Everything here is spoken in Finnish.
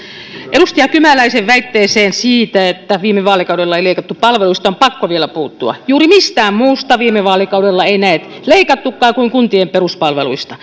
edustaja kymäläisen väitteeseen siitä että viime vaalikaudella ei leikattu palveluista on pakko vielä puuttua juuri mistään muusta viime vaalikaudella ei näet leikattukaan kuin kuntien peruspalveluista